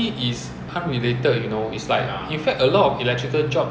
去 factory 做什么 technician 还是做什么 supervisor 就好 liao